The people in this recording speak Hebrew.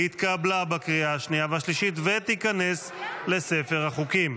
התקבלה בקריאה השנייה והשלישית ותיכנס לספר החוקים.